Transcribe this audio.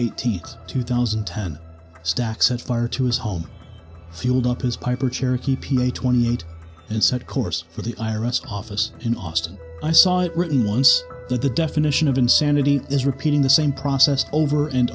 eighteenth two thousand and ten stack set fire to his home field up his piper cherokee play twenty eight and said course for the i r s office in austin i saw it written once that the definition of insanity is repeating the same process over and